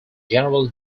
general